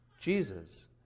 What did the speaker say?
Jesus